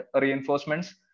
reinforcements